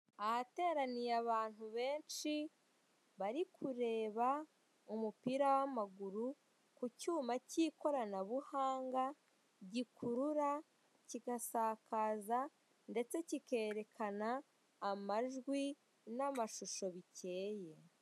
Ahateraniye abantu benshi bari kureba umupira w'amaguru, ku cyuma cy'ikoranabuhanga gikurura, kigasakaza, ndetse kikerekana amajwi n'amashusho bikeye.